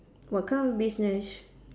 what kind of business